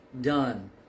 done